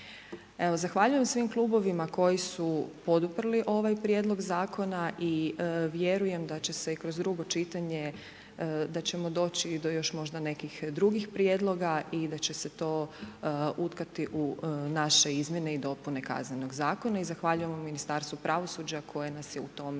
Zahvaljujem svim klubovima koji su poduprli ovaj prijedlog zakona i vjerujem da će se kroz drugo čitanje, da ćemo doći do još možda nekih drugih prijedloga i da će se to utkati u naše izmjene i dopune Kaznenog zakona i zahvaljujemo Ministarstvu pravosuđa koje nas je u tome